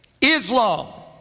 Islam